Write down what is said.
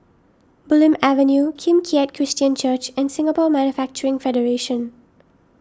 Bulim Avenue Kim Keat Christian Church and Singapore Manufacturing Federation